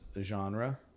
genre